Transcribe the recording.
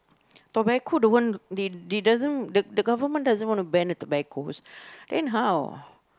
tobacco the one they they doesn't the government doesn't wanna ban the tobaccos then how